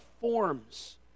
forms